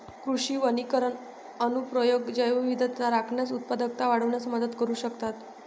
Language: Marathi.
कृषी वनीकरण अनुप्रयोग जैवविविधता राखण्यास, उत्पादकता वाढविण्यात मदत करू शकतात